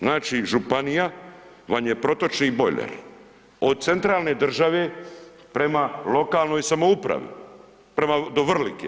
Znači, županija vam je protočni bojler od centralne države prema lokalnoj samoupravi, prema, do Vrlike.